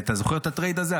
אתה זוכר את הטרייד הזה?